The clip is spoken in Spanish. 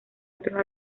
otros